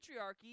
patriarchy